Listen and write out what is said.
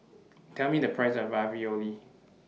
Tell Me The Price of Ravioli